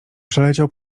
przeleciał